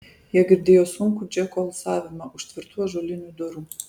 jie girdėjo sunkų džeko alsavimą už tvirtų ąžuolinių durų